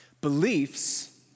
Beliefs